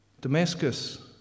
Damascus